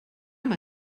amb